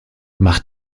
mach